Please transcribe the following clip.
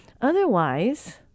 Otherwise